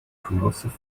corrosive